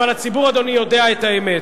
אבל הציבור, אדוני, יודע את האמת.